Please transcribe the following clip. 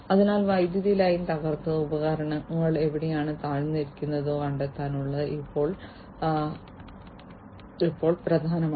അതിനാൽ വൈദ്യുത ലൈൻ തകർന്നതോ ഉപകരണങ്ങൾ എവിടെയാണ് താഴ്ന്നതെന്നോ കണ്ടെത്തേണ്ടത് ഇപ്പോൾ പ്രധാനമാണ്